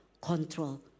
control